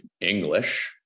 English